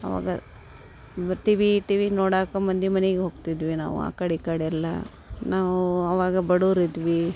ಅವಾಗ T V T V ನೋಡಕ್ಕೆ ಮಂದಿ ಮನೆಗ್ ಹೋಗ್ತಿದ್ವಿ ನಾವು ಆ ಕಡೆ ಈ ಕಡೆ ಎಲ್ಲ ನಾವು ಅವಾಗ ಬಡವ್ರ್ ಇದ್ವಿ